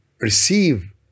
receive